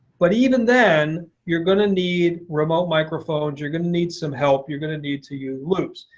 but even then you're going to need remote microphones. you're going to need some help. you're going to need to use loops.